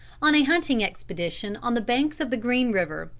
on a hunting expedition on the banks of the green river,